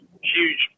huge